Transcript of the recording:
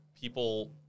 People